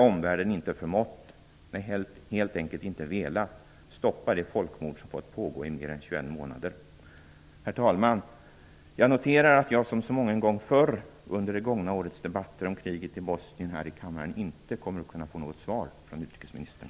Omvärlden har inte förmått -- eller helt enkelt inte velat -- stoppa det folkmord som pågått i mer än 21 månader. Herr talman! Jag noterar att jag som så mången gång förr under det gångna årets debatter om kriget i Bosnien här i kammaren inte kommer att få något svar av utrikesministern.